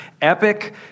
epic